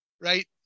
right